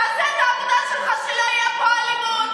תעשה את העבודה שלך, שלא תהיה פה אלימות.